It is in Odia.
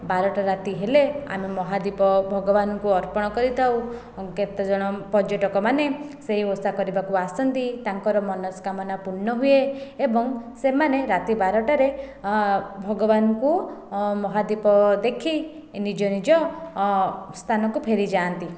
ବାରଟା ରାତି ହେଲେ ଆମେ ମହାଦୀପ ଭଗବାନଙ୍କୁ ଅର୍ପଣ କରିଥାଉ କେତେ ଜଣ ପର୍ଯ୍ୟଟକ ମାନେ ସେହି ଓଷା କରିବାକୁ ଆସନ୍ତି ତାଙ୍କର ମନସ୍କାମନା ପୂର୍ଣ୍ଣ ହୁଏ ଏବଂ ସେମାନେ ରାତି ବାରଟାରେ ଭଗବାନଙ୍କୁ ମହାଦୀପ ଦେଖି ନିଜ ନିଜ ସ୍ଥାନକୁ ଫେରିଯାଆନ୍ତି